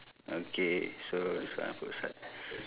okay so this one I put aside